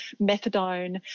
methadone